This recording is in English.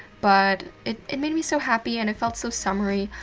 but it it made me so happy and it felt so summery.